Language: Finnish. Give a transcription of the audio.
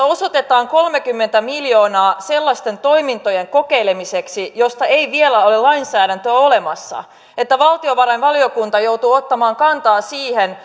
osoitetaan kolmekymmentä miljoonaa sellaisten toimintojen kokeilemiseksi joista ei vielä ole lainsäädäntöä olemassa ja että valtiovarainvaliokunta joutuu ottamaan kantaa siihen